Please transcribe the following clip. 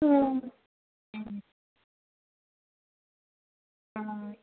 ஆ ம் ஆ